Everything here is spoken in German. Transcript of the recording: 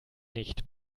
nicht